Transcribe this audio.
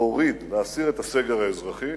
להוריד, להסיר את הסגר האזרחי